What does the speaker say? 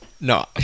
No